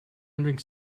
ending